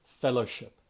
fellowship